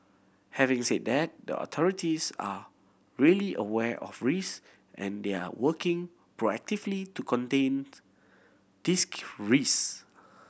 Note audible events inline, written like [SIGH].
having said that the authorities are really aware of risk and they are working proactively to contain these [UNINTELLIGIBLE] risk